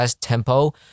tempo